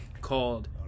called